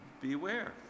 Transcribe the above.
beware